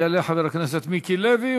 יעלה חבר הכנסת מיקי לוי,